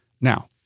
Now